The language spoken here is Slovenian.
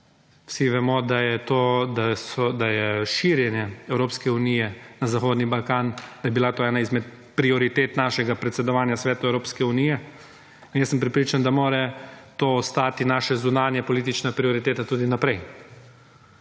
Vsi vemo, da je širjenje Evropske unije na Zahodni Balkan, da je bila to ena izmed prioritet našega predsedovanja Svetu Evropske unije. In jaz sem prepričan, da mora to ostati naša zunanjepolitična prioriteta tudi naprej.